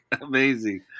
Amazing